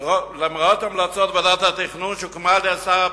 ולמרות המלצות ועדת התכנון שהוקמה עוד בממשלה הקודמת,